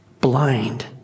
blind